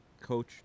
Coach